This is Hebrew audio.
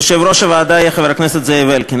יושב-ראש הוועדה יהיה חבר הכנסת זאב אלקין.